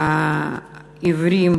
לעיוורים